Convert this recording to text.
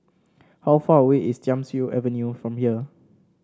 how far away is Thiam Siew Avenue from here